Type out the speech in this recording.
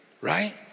right